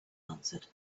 answered